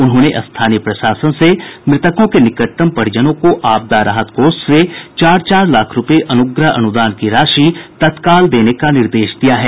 उन्होंने स्थानीय प्रशासन से मृतकों के निकटतम परिजनों को आपदा राहत कोष से चार चार लाख रूपये अनुग्रह अनुदान की राशि तत्काल देने का निर्देश दिया है